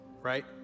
right